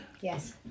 Yes